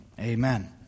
amen